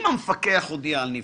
אם המפקח הודיע על נבצרות,